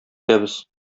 итәбез